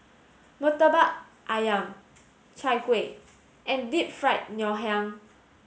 Murtabak Ayam Chai Kueh and Deep Fried Ngoh Hiang